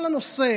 כל הנושא